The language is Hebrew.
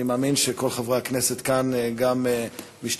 אני מאמין שכל חברי הכנסת כאן גם הם משתתפים